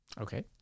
Okay